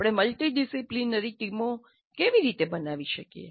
આપણે મલ્ટિડિસિપ્પ્લિનરી ટીમો કેવી રીતે બનાવી શકીએ